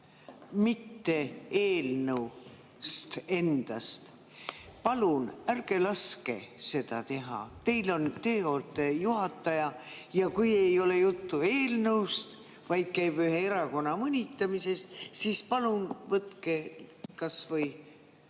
mitte eelnõust endast. Palun ärge laske seda teha. Teie olete juhataja. Kui ei ole juttu eelnõust, vaid käib ühe erakonna mõnitamine, siis palun võtke kas või